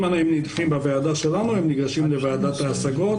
אם הם נדחים בוועדה שלנו הם ניגשים לוועדת ההשגות.